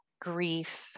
grief